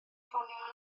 ffonio